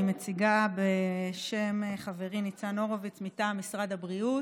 אני מציגה בשם חברי ניצן הורוביץ מטעם משרד הבריאות.